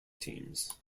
teams